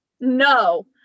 no